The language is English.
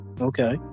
Okay